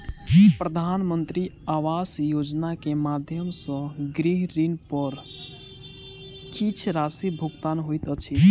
प्रधानमंत्री आवास योजना के माध्यम सॅ गृह ऋण पर किछ राशि भुगतान होइत अछि